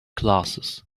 glasses